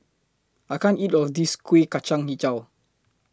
I can't eat All of This Kuih Kacang Hijau